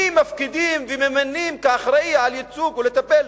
מי שמפקידים וממנים כאחראי לייצוג ולטיפול